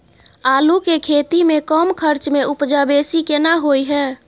आलू के खेती में कम खर्च में उपजा बेसी केना होय है?